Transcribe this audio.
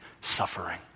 suffering